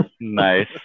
Nice